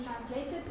translated